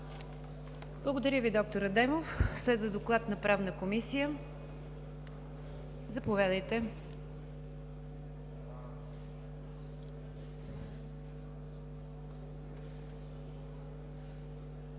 Благодаря Ви, д-р Адемов. Следва доклад на Правната комисия. Заповядайте.